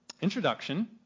Introduction